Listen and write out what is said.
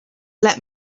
let